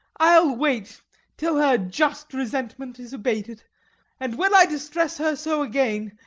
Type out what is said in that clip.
i'll wait till her just resentment is abated and when i distress her so again,